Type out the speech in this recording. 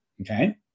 okay